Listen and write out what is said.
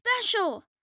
special